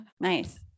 Nice